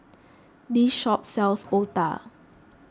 this shop sells Otah